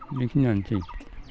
बेखिनियानोसै